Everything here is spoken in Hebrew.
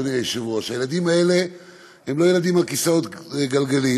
אדוני היושב-ראש: הילדים האלה הם לא ילדים על כיסאות גלגלים,